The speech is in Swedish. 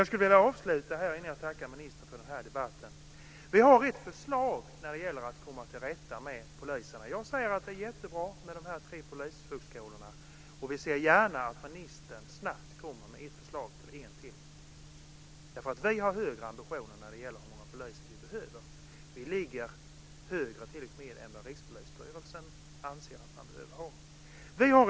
Jag skulle vilja avsluta, innan jag tackar ministern för den här debatten, med ett förslag vi har när det gäller att komma till rätta med poliserna. Det är jättebra med de här tre polishögskolorna, och vi ser gärna att ministern snabbt kommer med förslag till en till. Vi har nämligen högre ambitioner när det gäller hur många poliser som behövs. Vi ligger t.o.m. på ett högre antal än vad Rikspolisstyrelsen anser att man behöver ha.